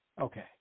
Okay